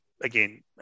again